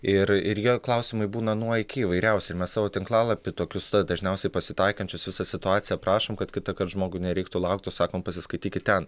ir ir jie klausimai būna nuo iki įvairiausi ir mes savo tinklalapy tokius dažniausiai pasitaikančius visą situaciją aprašom kad kitąkart žmogui nereiktų laukt o sakome pasiskaitykit ten